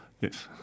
Yes